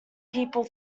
people